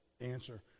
answer